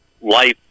life